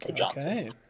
Okay